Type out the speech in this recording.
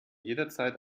jederzeit